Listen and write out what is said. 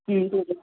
ముందుగా